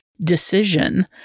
Decision